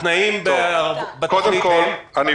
התנאים בתוכנית הם?